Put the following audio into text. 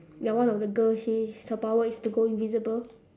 ya one of the girl she her power is to go invisible